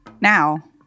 Now